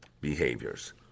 behaviors